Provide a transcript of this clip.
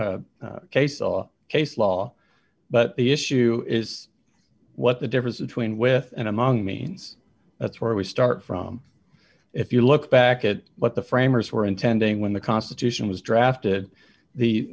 get a case on case law but the issue is what the difference between with and among means that's where we start from if you look back at what the framers were intending when the constitution was drafted the